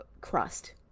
crust